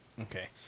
Okay